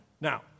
Now